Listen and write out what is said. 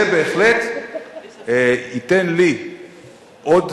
זה בהחלט ייתן לי עוד